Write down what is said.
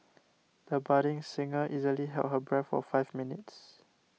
the budding singer easily held her breath for five minutes